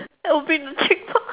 I will be a peacock